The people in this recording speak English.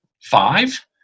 five